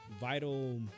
vital